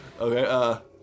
Okay